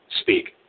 speak